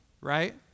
right